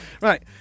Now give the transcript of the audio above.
Right